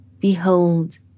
Behold